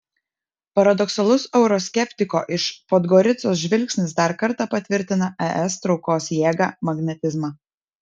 paradoksalus euroskeptiko iš podgoricos žvilgsnis dar kartą patvirtina es traukos jėgą magnetizmą